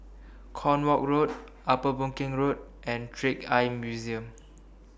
Cornwall Road Upper Boon Keng Road and Trick Eye Museum